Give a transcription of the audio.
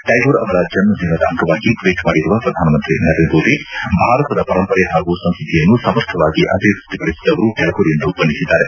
ಟ್ಕಾಗೂರ್ ಅವರ ಜನ್ಮದಿನದ ಅಂಗವಾಗಿ ಟ್ವೀಟ್ ಮಾಡಿರುವ ಪ್ರಧಾನಮಂತ್ರಿ ನರೇಂದ್ರ ಮೋದಿ ಭಾರತದ ಪರಂಪರೆ ಹಾಗೂ ಸಂಸ್ಕೃತಿಯನ್ನು ಸಮರ್ಥವಾಗಿ ಅಭಿವ್ಯಕ್ತಿಪಡಿಸಿದವರು ಟ್ಯಾಗೂರ್ ಎಂದು ಬಣ್ಣಿಸಿದ್ದಾರೆ